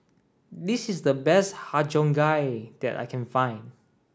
this is the best Har Cheong Gai that I can find